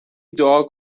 دعا